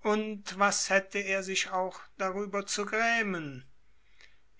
und was hätte er sich auch darüber zu grämen